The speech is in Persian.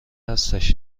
هستش